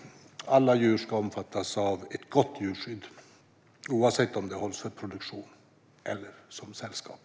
Alla djur ska omfattas av ett gott djurskydd oavsett om de hålls för produktion eller som sällskap.